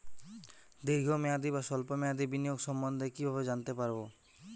দীর্ঘ মেয়াদি বা স্বল্প মেয়াদি বিনিয়োগ সম্বন্ধে কীভাবে জানতে পারবো?